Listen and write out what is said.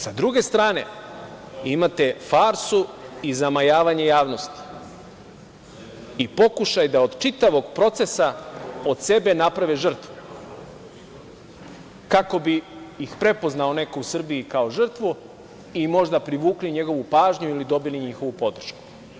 Sa druge strane, imate farsu i zamajavanje javnosti i pokušaj da od čitavog procesa od sebe naprave žrtvu kako bi ih prepoznao neko u Srbiji kao žrtvu i možda privukli njegovu pažnju ili dobili njihovu podršku.